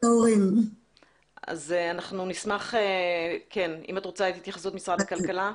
אם את רוצה להגיד את התייחסות משרד הכלכלה.